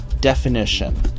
definition